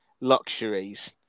luxuries